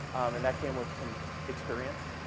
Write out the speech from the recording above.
and that came with some experience.